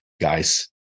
guys